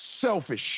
selfish